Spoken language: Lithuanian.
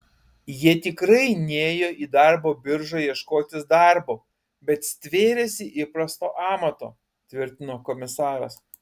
jie tikrai nėjo į darbo biržą ieškotis darbo bet stvėrėsi įprasto amato tvirtino komisaras